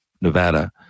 Nevada